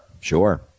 sure